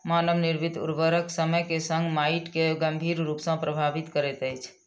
मानव निर्मित उर्वरक समय के संग माइट के गंभीर रूप सॅ प्रभावित करैत अछि